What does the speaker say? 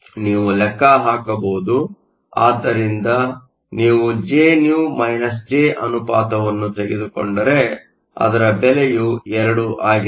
ನೀವು ಲೆಕ್ಕ ಹಾಕಬಹುದು ಆದ್ದರಿಂದ ನೀವು Jnew J ಅನುಪಾತವನ್ನು ತೆಗೆದುಕೊಂಡರೆ ಅದರ ಬೆಲೆಯು 2 ಆಗಿದೆ